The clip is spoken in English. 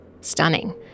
stunning